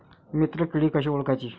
मित्र किडी कशी ओळखाची?